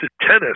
tennis